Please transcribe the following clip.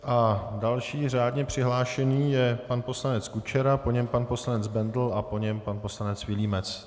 A další řádně přihlášený je pan poslanec Kučera, po něm pan poslanec Bendl a po něm pan poslanec Vilímec.